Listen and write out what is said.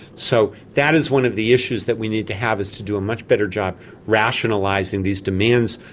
so that is one of the issues that we need to have, is to do a much better job rationalising these demands,